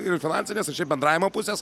ir finansinės ir šiaip bendravimo pusės